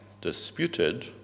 disputed